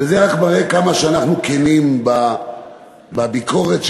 וזה רק מראה כמה אנחנו כנים בביקורת שלנו,